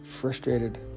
frustrated